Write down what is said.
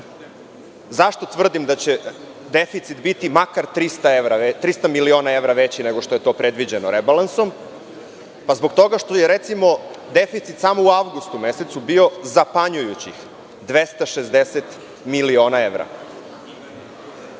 tvrdim da će deficit biti makar 300 miliona evra veći nego što je to predviđeno rebalansom? Zbog toga što je, recimo, deficit samo u avgustu mesecu bio zapanjujućih 260 miliona evra.